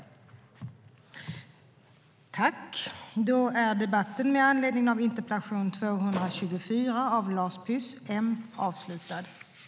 Överläggningen var härmed avslutad.